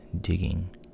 digging